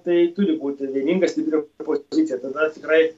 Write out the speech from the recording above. tai turi būti vieninga stipri opozicija tada tikrai